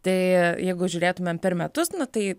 tai jeigu žiūrėtumėm per metus nu tai